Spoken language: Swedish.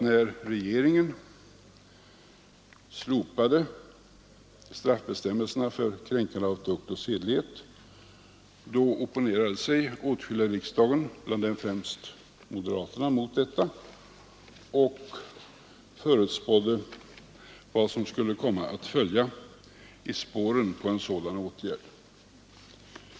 När regeringen slopade straffbestämmelserna för kränkande av tukt och sedlighet, opponerade sig åtskilliga i riksdagen, främst moderaterna, mot detta och förespådde vad som skulle komma att följa i spåren på en sådan åtgärd.